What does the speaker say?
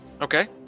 Okay